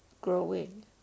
growing